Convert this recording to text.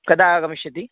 कदा आगमिष्यति